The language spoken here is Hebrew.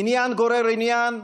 עניין גורר עניין.